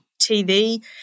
TV